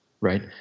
right